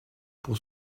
pour